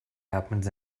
happens